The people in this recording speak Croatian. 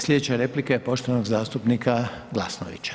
Sljedeća replika je poštovanog zastupnika Glasnovića.